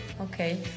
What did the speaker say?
Okay